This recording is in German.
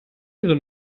ihre